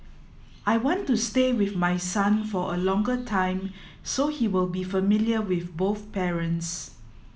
I want to stay with my son for a longer time so he will be familiar with both parents